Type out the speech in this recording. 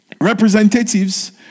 representatives